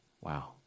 Wow